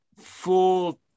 full